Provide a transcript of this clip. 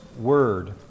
word